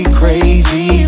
crazy